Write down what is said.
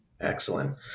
Excellent